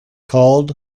called